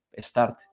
start